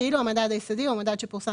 כאילו המדד היסודי הוא המדד שפורסם